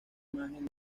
imagen